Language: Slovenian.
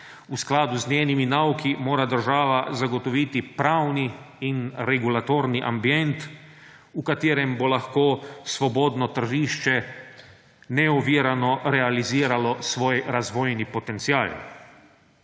V skladu z njenimi nauki mora država zagotoviti pravni in regulatorni ambient, v katerem bo lahko svobodno tržišče neovirano realiziralo svoj razvojni potencial.